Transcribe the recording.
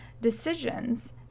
decisions